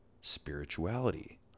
spirituality